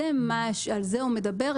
על זה הוא מדבר.